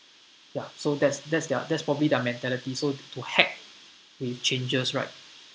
ya so that's that's their that's probably their mentality so to heck with changes right